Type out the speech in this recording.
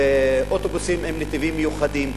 אוטובוסים עם נתיבים מיוחדים,